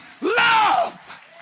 Love